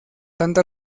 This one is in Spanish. tanta